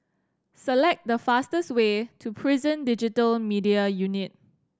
select the fastest way to Prison Digital Media Unit